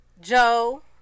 Joe